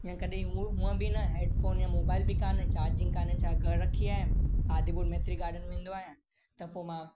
या कॾहिं हूअ हुअ बि न हेड फ़ोन या मोबाइल बि कोन्हे चार्ज़िंग कोन्हे चाहे घर रखी आयमि आदिपुर मेत्री गार्डन में हूंदो आहियां त पोइ मां